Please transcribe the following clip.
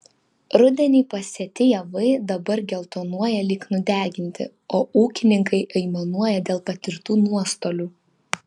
rudenį pasėti javai dabar geltonuoja lyg nudeginti o ūkininkai aimanuoja dėl patirtų nuostolių